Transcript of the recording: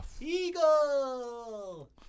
Eagle